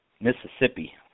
Mississippi